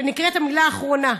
שנקראת "המילה האחרונה".